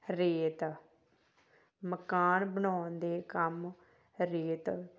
ਰੇਤ ਮਕਾਨ ਬਣਾਉਣ ਦੇ ਕੰਮ ਰੇਤ